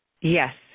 Yes